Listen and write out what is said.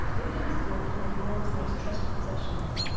linda has brought one of laura's most treasured possessions,